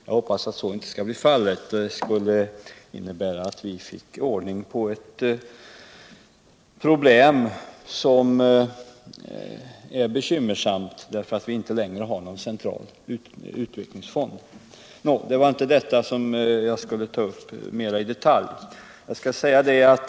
Jag hoppas att så inte skall bli fallet. I så fall kan vi klara ett bekymmersamt problem, eftersom vi inte längre har någon central utvecklingsfond. Jag skall emellertid inte gå in i detalj på detta.